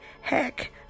Heck